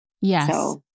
Yes